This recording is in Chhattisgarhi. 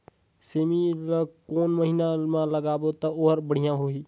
सेमी ला कोन महीना मा लगाबो ता ओहार बढ़िया होही?